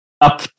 up